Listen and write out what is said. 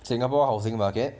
singapore housing market